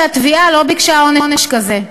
אף שהתביעה לא ביקשה עונש כזה.